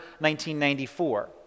1994